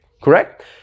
correct